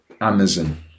Amazon